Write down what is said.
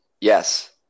yes